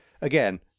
again